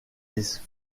les